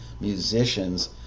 musicians